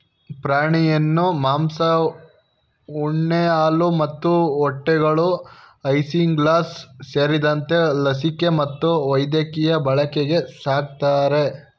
ಪ್ರಾಣಿಯನ್ನು ಮಾಂಸ ಉಣ್ಣೆ ಹಾಲು ಮತ್ತು ಮೊಟ್ಟೆಗಳು ಐಸಿಂಗ್ಲಾಸ್ ಸೇರಿದಂತೆ ಲಸಿಕೆ ಮತ್ತು ವೈದ್ಯಕೀಯ ಬಳಕೆಗೆ ಸಾಕ್ತರೆ